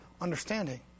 understanding